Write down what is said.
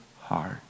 heart